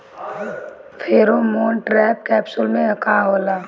Pheromone trap capsule में का होला?